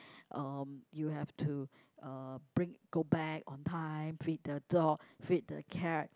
um you have to uh bring go back on time feed the dog feed the cat